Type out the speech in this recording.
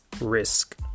risk